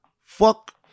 fuck